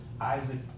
Isaac